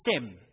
stem